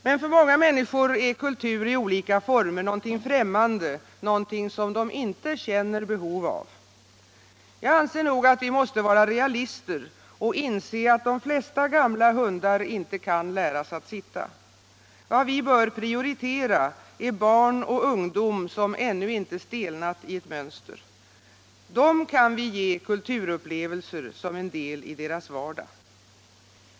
Men för många människor är kultur i olika former något främmande, något som de inte känner behov av. Jag anser nog att vi måste vara realister och inse att de flesta gamla hundar inte kan läras att sitta. Vad vi bör prioritera är barn och ungdom som ännu inte stelnat i ett mönster. Dem kan vi ge kulturupplevelser som en del i deras vardag.